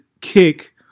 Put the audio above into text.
kick